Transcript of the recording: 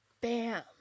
bam